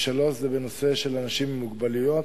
השלישי זה הנושא של אנשים עם מוגבלויות.